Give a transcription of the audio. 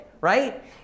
right